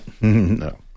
No